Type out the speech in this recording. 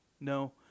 No